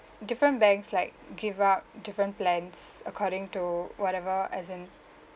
different banks like give out different plans according to whatever as in